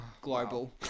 Global